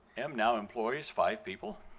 em now employs five people,